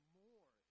more